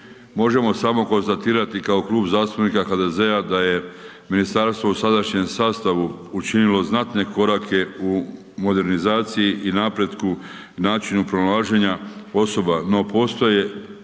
Možemo samo konstatirati kao Klub zastupnika HDZ-a da je ministarstvo u sadašnjem sastavu učinilo znatne korake u modernizaciji i napretku i načinu pronalaženju osoba no postoje